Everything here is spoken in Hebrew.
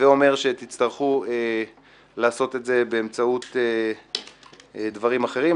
הווי אומר שתצטרכו לעשות את זה באמצעות דברים אחרים,